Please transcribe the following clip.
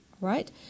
Right